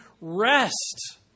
rest